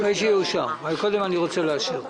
קודם אני רוצה לאשר.